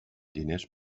diners